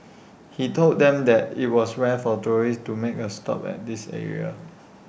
he told them that IT was rare for tourists to make A stop at this area